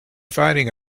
fighting